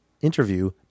interview